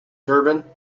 turbine